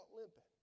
limping